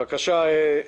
בבקשה,